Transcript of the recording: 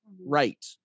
right